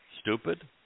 Stupid